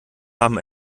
haben